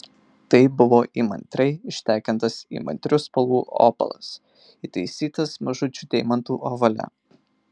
tai buvo įmantriai ištekintas įmantrių spalvų opalas įtaisytas mažučių deimantų ovale